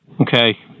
Okay